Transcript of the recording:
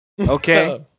Okay